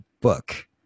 book